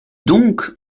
donc